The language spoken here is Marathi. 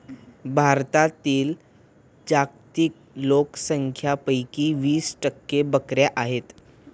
भारतातील जागतिक लोकसंख्येपैकी वीस टक्के बकऱ्या आहेत